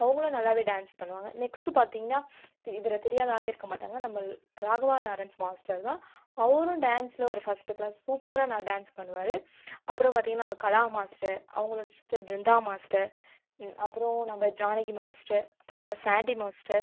அவங்களும் நல்லாவே டேன்ஸ் பண்ணுவாங்கள் நெக்ஸ்ட் பார்த்தீங்கனா இவரை தெரியாத ஆளே இருக்க மாட்டாங்கள் நம்ம ராகவா லாரன்ஸ் மாஸ்டர் தான் அவரும் டேன்ஸ்ல ஒரு ஃபர்ஸ்ட் கிளாஸ் சூப்பராக நட டேன்ஸ் பண்ணுவார் அப்புறம் பார்த்தீங்கனா நம்ம கலா மாஸ்டர் அவங்களோட சிஸ்டர் பிருந்தா மாஸ்டர் அப்புறம் நம்ம ஜானகி மாஸ்டர் அப்புறம் நம்ம சாண்டி மாஸ்டர்